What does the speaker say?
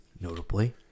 notably